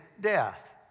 death